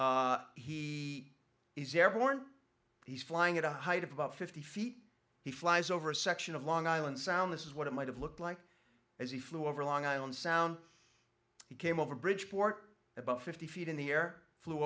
off he is airborne he's flying at a height of about fifty feet he flies over a section of long island sound this is what it might have looked like as he flew over long island sound he came over bridgeport about fifty feet in the air flew